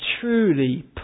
truly